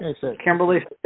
Kimberly